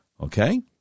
Okay